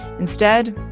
instead,